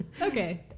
Okay